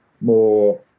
more